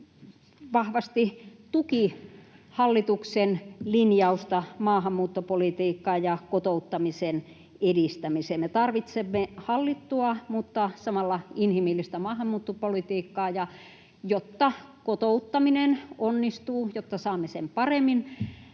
vahvasti tuki hallituksen linjausta maahanmuuttopolitiikkaan ja kotouttamisen edistämiseen. Me tarvitsemme hallittua mutta samalla inhimillistä maahanmuuttopolitiikkaa. Ja jotta kotouttaminen onnistuu, jotta saamme sen paremmin